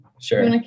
Sure